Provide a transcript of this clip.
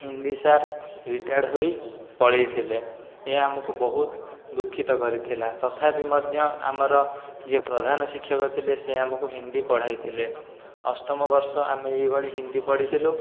Hindi sir retired ହୋଇ ପଳେଇଥିଲେ ଏ ଆମକୁ ବହୁତ ଦୁଃଖିତ କରିଥିଲା ତଥାପି ମଧ୍ୟ ଆମର ଯେ ପ୍ରଧାନ ଶିକ୍ଷକ ଥିଲେ ସେ ଆମକୁ ହିନ୍ଦୀ ପଢ଼ାଇଥିଲେ ଅଷ୍ଟମ ବର୍ଷ ଆମେ ଏହିଭଳି ହିନ୍ଦୀ ପଢ଼ିଥିଲୁ